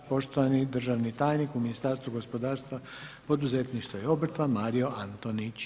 Poštovani državni tajnik u Ministarstvu gospodarstva, poduzetništva i obrta Mario Antonić.